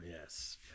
yes